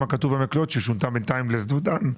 כתוב עמק לוד ששונתה בינתיים לשדות דן.